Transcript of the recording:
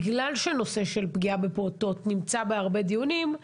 בגלל שהנושא של פגיעה בפעוטות נמצא בהרבה דיונים,